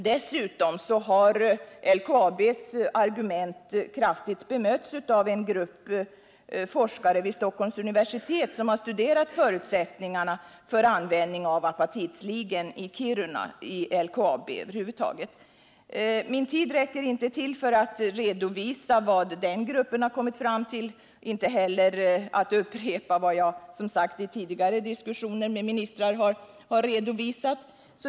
Dessutom har LKAB:s argument kraftigt bemötts av en grupp forskare vid Stockholms universitet, vilka har studerat förutsättningarna för användning av apatitsligen i LKAB. Min tid räcker inte till för att redovisa vad den gruppen har kommit fram till. Inte heller räcker den till för att upprepa vad jag har sagt i tidigare diskussioner med ministrar.